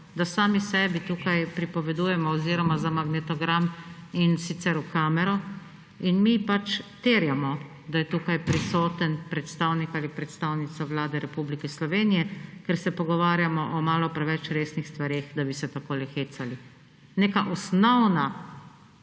Da sami sebi tukaj pripovedujemo oziroma za magnetogram in sicer v kamero. In mi pač terjamo, da je tukaj prisoten predstavnik ali predstavnica Vlade Republike Slovenije, ker se pogovarjamo o malo preveč resnih stvareh, da bi se takole hecali. Neka osnovna